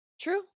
True